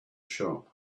shop